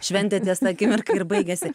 šventė ties ta akimirka ir baigiasi